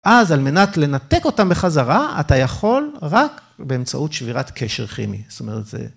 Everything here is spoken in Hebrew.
אז על מנת לנתק אותם בחזרה, אתה יכול רק באמצעות שבירת קשר כימי, זאת אומרת זה...